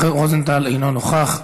אינו נוכח,